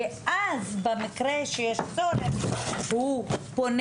ואז במקרה שיש צורך הוא פונה.